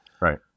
Right